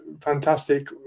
fantastic